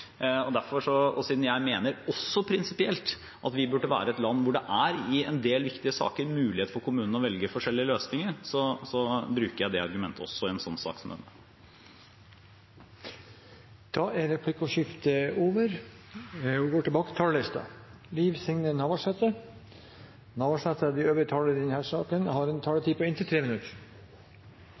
og siden jeg prinsipielt mener at Norge bør være et land hvor det i en del viktige saker er mulighet for kommunene å velge forskjellige løsninger, bruker jeg det argumentet også i en sak som denne. Replikkordskiftet er